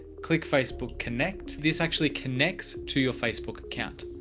click facebook connect. this actually connects to your facebook account.